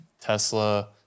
Tesla